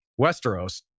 Westeros